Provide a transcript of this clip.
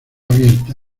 abierta